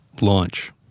Launch